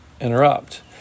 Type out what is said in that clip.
interrupt